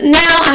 now